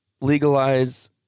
legalize